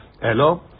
Hello